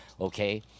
okay